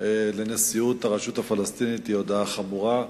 על נשיאות הרשות הפלסטינית היא הודעה חמורה,